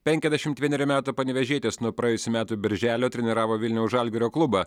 penkiasdešimt vienerių metų panevėžietis nuo praėjusių metų birželio treniravo vilniaus žalgirio klubą